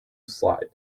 slide